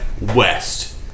west